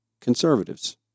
conservatives